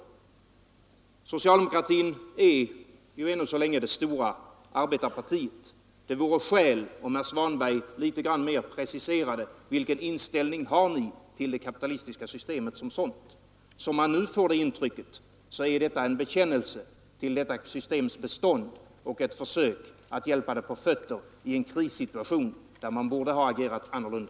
Socialdemokratin är ju ännu så länge det stora arbetarpartiet. Det vore skäl i att herr Svanberg litet mer preciserade vilken inställning ni har till det kapitalistiska systemet som sådant. Nu får man intrycket att detta är en bekännelse till systemets bestånd och ett försök att hjälpa det på fötter i en krissituation, där man borde ha agerat annorlunda.